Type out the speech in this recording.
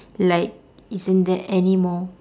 like isn't there anymore